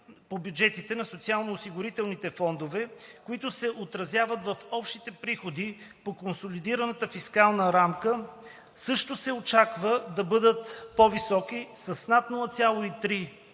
по бюджетите на социалноосигурителните фондове, които се отразяват в общите приходи по Консолидираната фискална рамка, също се очаква да бъдат по-високи с над 0,3